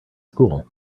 school